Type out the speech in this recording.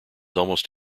almost